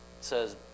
says